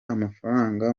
amafaranga